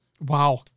Wow